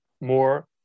more